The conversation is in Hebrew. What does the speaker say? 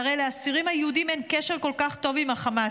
והרי לאסירים היהודים אין קשר כל כך טוב עם החמאס.